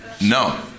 No